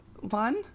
One